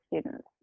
students